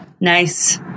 nice